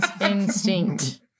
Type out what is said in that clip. Instinct